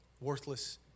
Worthless